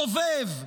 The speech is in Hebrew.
בדובב,